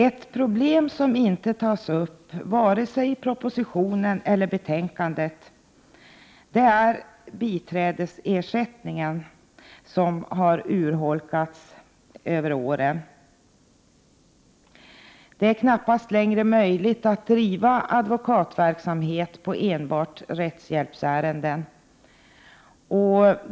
Ett problem som inte tas upp i vare sig propositionen eller betänkandet är att biträdesersättningen har urholkats genom åren. Det är knappast längre möjligt att bedriva advokatverksamhet baserad på enbart rättshjälpsärenden.